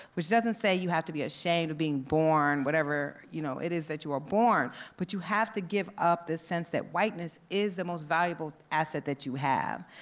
which doesn't say you have to be ashamed of being born whatever you know it is that you are born. but you have to give up this sense that whiteness is the most valuable asset that you have,